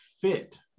fit